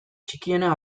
txikiena